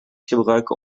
gebruiken